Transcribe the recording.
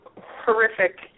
horrific